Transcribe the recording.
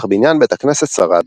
אך בניין בית הכנסת שרד.